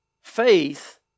Faith